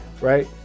right